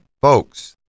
folks